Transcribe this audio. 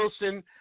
Wilson